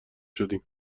شدیم